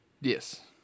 Yes